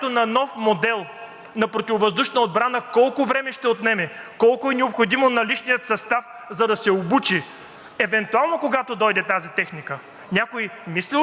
евентуално, когато дойде тази техника? Някой мислил ли е по тези въпроси? Какво се случи, когато ликвидирахме единствените наши балистични ракети? Имаме ли нови на тяхното място?